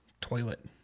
Toilet